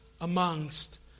amongst